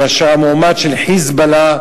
כאשר המועמד של "חיזבאללה"